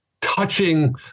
touching